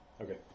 Okay